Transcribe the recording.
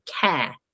care